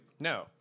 no